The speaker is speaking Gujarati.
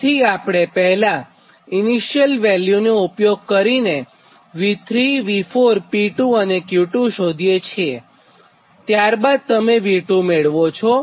તેથીઆપણે પહેલા ઇનીશીયલ વેલ્યુનો ઉપયોગ કરીને V3 V4 P2 Q2શોધીએ છીએત્યારબાદ તમે V2મેળવો છો